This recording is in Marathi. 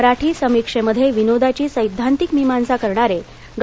मराठी समीक्षेमध्ये विनोदाची सैद्धांतिक मीमांसा करणारे डॉ